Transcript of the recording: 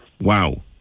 wow